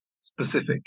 specific